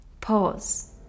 Pause